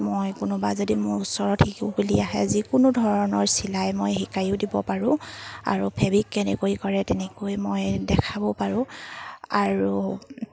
মই কোনোবা যদি মোৰ ওচৰত শিকোঁ বুলি আহে যিকোনো ধৰণৰ চিলাই মই শিকায়ো দিব পাৰোঁ আৰু ফেবিক কেনেকৈ কৰে তেনেকৈ মই দেখাব পাৰোঁ আৰু